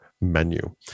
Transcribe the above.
menu